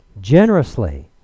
generously